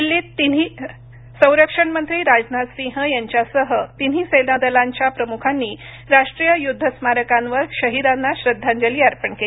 दिल्लीत संरक्षण मंत्री राजनाथ सिंह यांच्यासह तिन्ही सेनादलांच्या प्रमुखांनी राष्ट्रीय युद्ध स्मारकावर शहीदाना श्रद्धांजली अर्पण केली